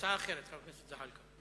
הצעה אחרת, חבר הכנסת זחאלקה.